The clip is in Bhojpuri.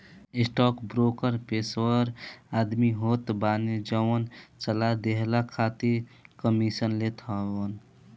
स्टॉकब्रोकर पेशेवर आदमी होत बाने जवन सलाह देहला खातिर कमीशन लेत हवन